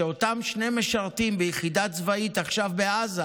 שאותם שני משרתים ביחידת צבאית עכשיו בעזה